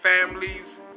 families